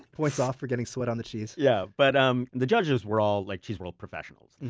points off for getting sweat on the cheese yeah but um the judges were all like cheese world professionals.